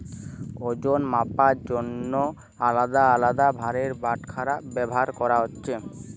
ওজন মাপার জন্যে আলদা আলদা ভারের বাটখারা ব্যাভার কোরা হচ্ছে